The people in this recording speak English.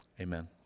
Amen